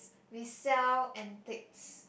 we sell antiques